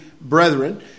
brethren